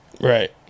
right